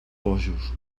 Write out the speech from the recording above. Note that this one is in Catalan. bojos